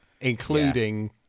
including